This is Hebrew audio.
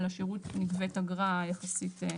על השירות נגבית אגרה יחסית,